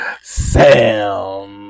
Sam